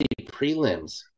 prelims